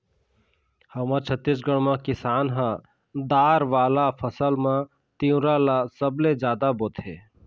हमर छत्तीसगढ़ म किसान ह दार वाला फसल म तिंवरा ल सबले जादा बोथे